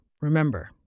Remember